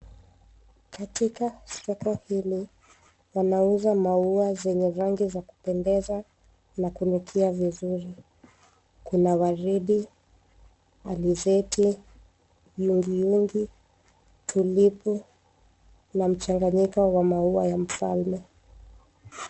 Katika soko hili wanauza maua zenye rangi ya kupendeza na kunukia vizuri. Kuna waridi, alizeti, yungi yungi, tulipu na mchanganyiko wa maua ya mfalme.